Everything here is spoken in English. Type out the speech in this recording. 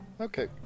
Okay